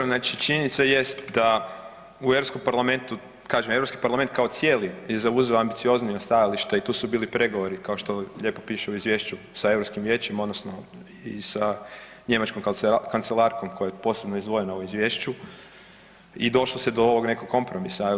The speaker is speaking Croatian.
Pa dobro, znači činjenica jest da u Europskom parlamentu, kažem Europski parlament kao cijeli je zauzeo ambicioznija stajališta i tu su bili pregovori kao što lijepo piše u izvješću sa Europskim vijećem odnosno i sa njemačkom kancelarkom koja je posebno izdvojena u izvješću i došlo se do ovog nekog kompromisa.